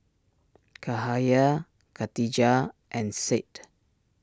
Cahaya Katijah and Said